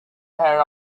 her